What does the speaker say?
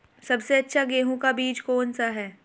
सबसे अच्छा गेहूँ का बीज कौन सा है?